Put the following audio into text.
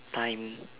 time